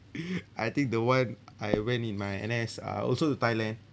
I think the one I went in my N_S uh also to Thailand